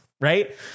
right